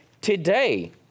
Today